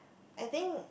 I think